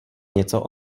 něco